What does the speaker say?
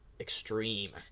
extreme